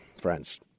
Friends